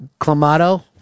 Clamato